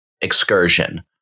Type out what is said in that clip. excursion